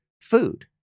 food